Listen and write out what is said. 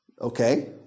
Okay